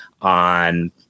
on